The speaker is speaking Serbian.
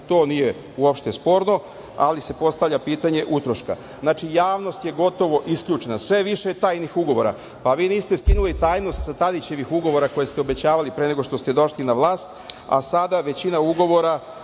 to nije uopšte sporno, ali se postavlja pitanje utroška. Znači, javnost je gotovo isključena sve više je tajnih ugovora pa vi niste skinuli tajnost sa Tadićevih ugovora koje ste obećavali pre nego što ste došli na vlast, a sada većina ugovora